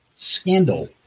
Scandal